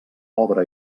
obra